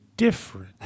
Different